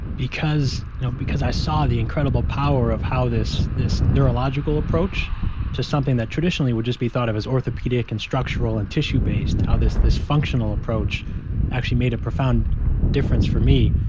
because you know because i saw the incredible power of how this this neurological approach to something that traditionally would just be thought of as orthopedic and structural and tissue based, how this this functional approach actually made a profound difference for me.